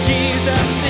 Jesus